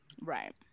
right